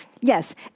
yes